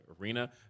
arena